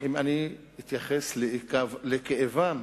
את הבסיס שעליו אני עומד אם אני מתייחס לכאבם